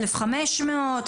1,500,